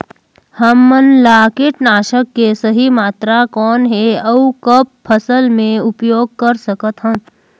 हमला कीटनाशक के सही मात्रा कौन हे अउ कब फसल मे उपयोग कर सकत हन?